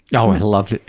yeah oh, i loved